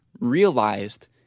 realized